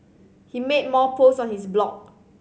he made more posts on his blog